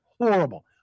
horrible